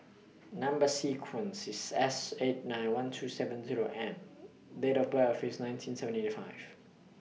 Number sequence IS S eight nine one two seven Zero M Date of birth IS nineteen seventy five